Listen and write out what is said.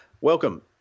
welcome